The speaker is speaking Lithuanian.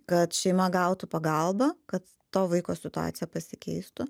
kad šeima gautų pagalbą kad to vaiko situacija pasikeistų